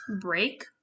break